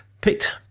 picked